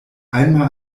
einmal